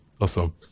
awesome